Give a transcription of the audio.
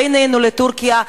בינינו לטורקיה,